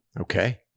Okay